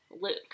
Luke